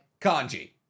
Kanji